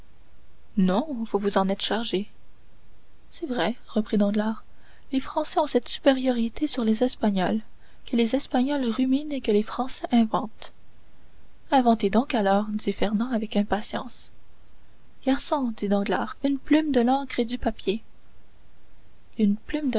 non vous vous en êtes chargé c'est vrai reprit danglars les français ont cette supériorité sur les espagnols que les espagnols ruminent et que les français inventent inventez donc alors dit fernand avec impatience garçon dit danglars une plume de l'encre et du papier une plume de